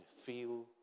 feel